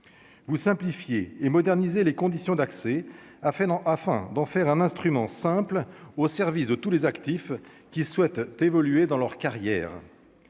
vous simplifier et moderniser les conditions d'accès a fait non afin d'en faire un instrument simple au service de tous les actifs qui souhaitent évoluer dans leur carrière,